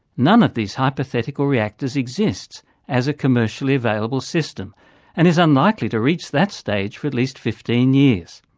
none of these hypothetical reactors exists as a commercially available system and is unlikely to reach that stage for at least fifteen years.